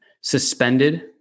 suspended